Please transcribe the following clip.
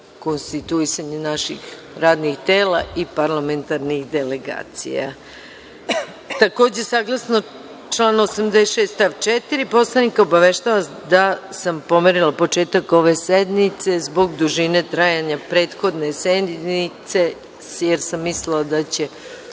konstituisanje naših radnih tela i parlamentarnih delegacija. Takođe, a saglasno članu 86. stav 4. Poslovnika, obaveštavam vas da sam pomerila početak ove sednice zbog dužine trajanja prethodne sednice, jer sam mislila da će